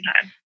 time